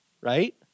right